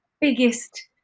biggest